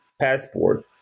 passport